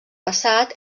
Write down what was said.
passat